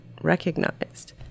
recognized